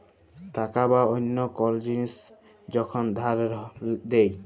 টাকা বা অল্য কল জিলিস যখল ধার দেয়